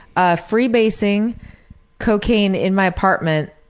ah freebasing cocaine in my apartment.